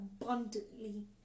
abundantly